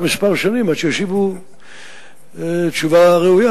שהמשיכו לשאוב גם כשראו בעיניהם מה קורה.